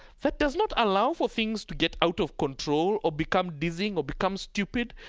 that does not allow for things to get out of control or become dizzying or become stupid.